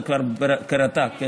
כרט"ג,